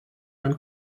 when